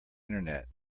internet